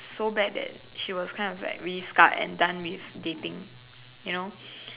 so bad that she was kind of like really scarred and done with dating you know